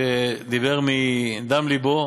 שדיבר מדם לבו.